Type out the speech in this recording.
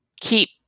keep